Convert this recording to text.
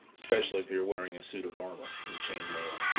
especially if you're wearing a suit of armor and chainmail.